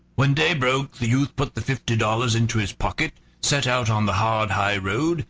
when day broke the youth put the fifty dollars into his pocket, set out on the hard high road,